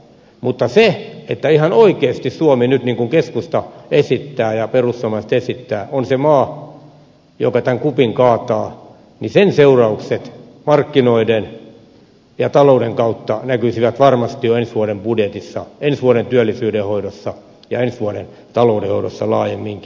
mutta se että ihan oikeasti suomi nyt niin kuin keskusta esittää ja perussuomalaiset esittää on se maa joka tämän kupin kaataa sen seuraukset markkinoiden ja talouden kautta näkyisivät varmasti jo ensi vuoden budjetissa ensi vuoden työllisyyden hoidossa ja ensi vuoden taloudenhoidossa laajemminkin